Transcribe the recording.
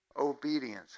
obedience